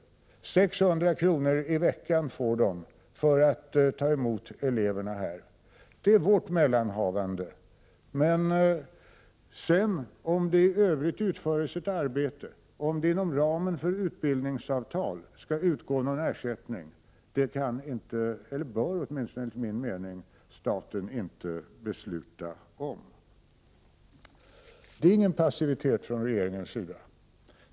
600 kr. i veckan får de för att ta emot eleverna. Det är vårt mellanhavande. Men om det sedan i övrigt utförs ett arbete, och om det inom ramen för utbildningsavtal skall utgå någon ersättning, kan inte eller bör åtminstone inte enligt min mening staten besluta om. Det är inte någon passivitet från regeringens sida.